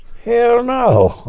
hell no.